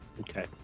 okay